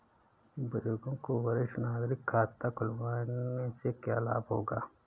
बुजुर्गों को वरिष्ठ नागरिक खाता खुलवाने से क्या लाभ होगा?